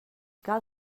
cal